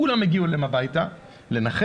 כולם הגיעו אליהם הביתה לנחם,